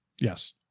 Yes